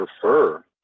prefer